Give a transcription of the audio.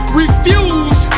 refuse